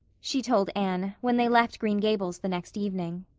she told anne, when they left green gables the next evening,